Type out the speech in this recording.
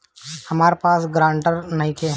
हमरा पास ग्रांटर नइखे?